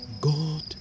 God